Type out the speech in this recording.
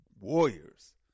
Warriors